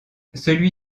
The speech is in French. celui